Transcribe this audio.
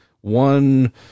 one